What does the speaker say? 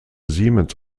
siemens